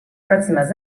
pròximes